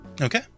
Okay